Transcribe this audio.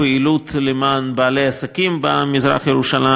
פעילות למען בעלי עסקים במזרח-ירושלים,